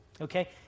Okay